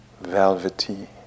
velvety